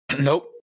Nope